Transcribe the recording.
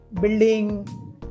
building